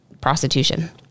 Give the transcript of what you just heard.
prostitution